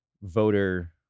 voter